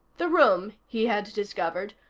the room, he had discovered,